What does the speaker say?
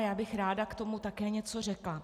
Já bych ráda k tomu také něco řekla.